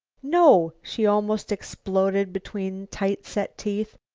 no, she almost exploded between tight-set teeth,